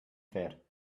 fer